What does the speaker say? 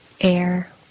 air